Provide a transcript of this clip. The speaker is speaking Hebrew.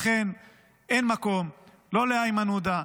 לכן אין מקום לא לאיימן עודה,